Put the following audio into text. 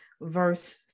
verse